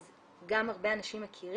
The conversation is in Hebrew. אז גם הרבה אנשים מכירים,